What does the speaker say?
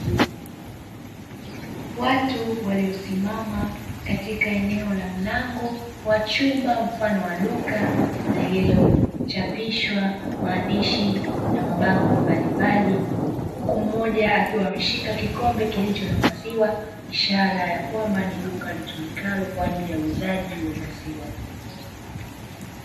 Watu waliosimama katika eneo la mlango wa chumba mfano wa duka lililochapishwa maandishi na mabango mbalimbali, huku mmoja akiwa ameshika kikombe kilicho na maziwa ishara ya kwamba ni duka litumikalo kwa ajili ya uuzaji wa maziwa.